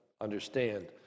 understand